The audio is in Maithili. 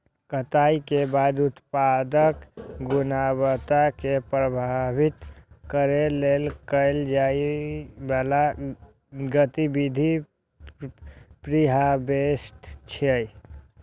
कटाइ के बाद उत्पादक गुणवत्ता कें प्रभावित करै लेल कैल जाइ बला गतिविधि प्रीहार्वेस्ट छियै